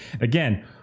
again